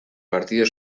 partido